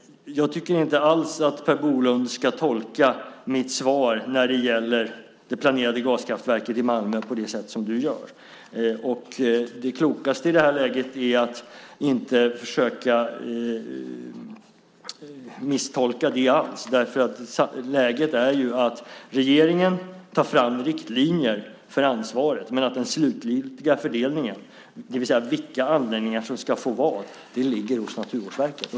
Jag tycker inte alls att Per Bolund ska tolka mitt svar när det gäller det planerade gaskraftverket i Malmö på det sätt som du gör. Det klokaste i det här läget är att inte försöka misstolka det alls. Läget är sådant att regeringen tar fram riktlinjer för ansvaret, men den slutgiltiga fördelningen - det vill säga vilka anläggningar som får vad - ligger hos Naturvårdsverket.